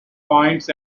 points